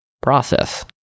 Process